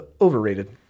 overrated